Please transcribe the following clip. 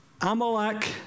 Amalek